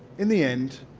in the end,